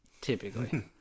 Typically